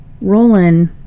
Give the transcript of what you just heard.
Roland